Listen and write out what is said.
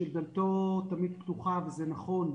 שדלתו תמיד פתוחה וזה נכון.